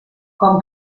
com